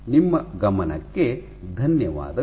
ನಿಮ್ಮ ಗಮನಕ್ಕೆ ಧನ್ಯವಾದಗಳು